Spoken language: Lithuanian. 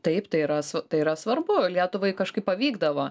taip tai yra sv tai yra svarbu lietuvai kažkaip pavykdavo